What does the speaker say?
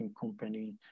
company